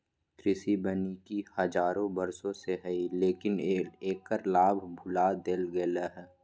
कृषि वानिकी हजारों वर्षों से हइ, लेकिन एकर लाभ भुला देल गेलय हें